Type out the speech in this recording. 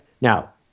Now